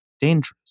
dangerous